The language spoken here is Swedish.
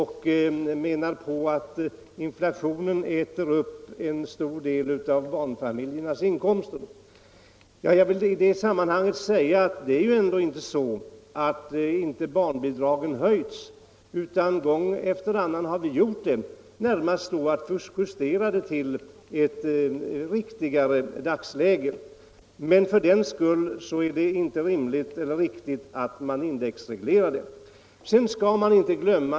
Han menade att inflationen äter upp en stor del av barnfamiljernas inkomster. Jag vill i det sammanhanget säga att barnbidragen ju ändå har höjts. Gång efter annan har vi företagit höjningar, närmast då för att justera barnbidragen till ett riktigare värde med hänsyn till dagsläget. Men för den skull är det inte rimligt eller riktigt att indexreglera dem.